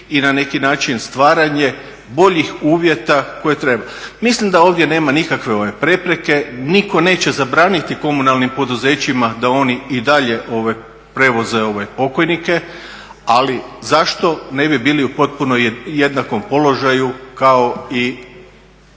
i na neki način stvaranje boljih uvjeta? Mislim da ovdje nema nikakve prepreke. Niko neće zabraniti komunalnim poduzećima da oni i dalje prevoze ove pokojnike, ali zašto ne bi bili u potpuno jednakom položaju kao i